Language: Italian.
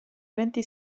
eventi